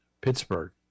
Pittsburgh